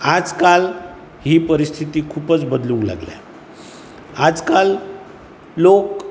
आज काल ही परिस्थिती खुबच बदलूंक लागल्या आज काल लोक